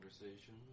Conversation